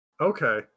Okay